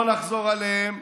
לא נחזור עליהן.